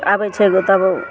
आबय छै जे तब